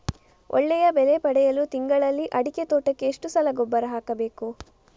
ಒಳ್ಳೆಯ ಬೆಲೆ ಪಡೆಯಲು ತಿಂಗಳಲ್ಲಿ ಅಡಿಕೆ ತೋಟಕ್ಕೆ ಎಷ್ಟು ಸಲ ಗೊಬ್ಬರ ಹಾಕಬೇಕು?